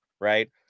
right